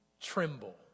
tremble